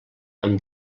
amb